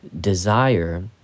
Desire